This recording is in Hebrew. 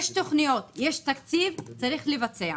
יש תוכניות, יש תקציב, צריך לבצע.